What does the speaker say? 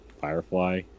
Firefly